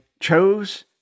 chose